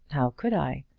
how could i?